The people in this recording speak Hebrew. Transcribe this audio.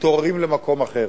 מתעוררים למקום אחר.